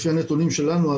לפי הנתונים שלנו,